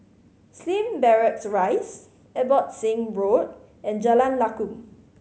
Slim Barracks Rise Abbotsingh Road and Jalan Lakum